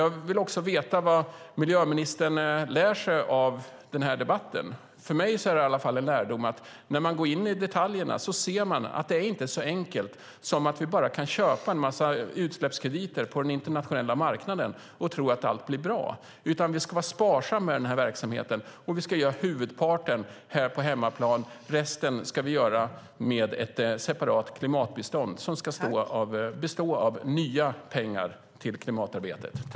Jag vill också veta vad miljöministern lär sig av den här debatten. För mig är i alla fall en lärdom att när man går in i detaljerna ser man att det inte är så enkelt som att vi bara kan köpa en massa utsläppskrediter på den internationella marknaden och tro att allt blir bra. Vi ska vara sparsamma med den här verksamheten, och vi ska göra huvudparten här på hemmaplan. Resten ska vi göra med ett separat klimatbistånd som ska bestå av nya pengar till klimatarbetet.